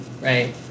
Right